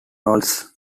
roles